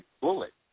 bullet